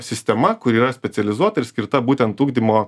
sistema kuri yra specializuota ir skirta būtent ugdymo